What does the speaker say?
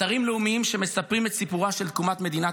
אתרים לאומיים שמספרים את סיפורה של תקומת מדינת